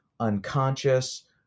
unconscious